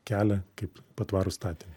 kelią kaip patvarų statinį